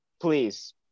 please